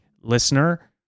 listener